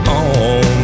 on